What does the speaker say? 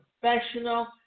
professional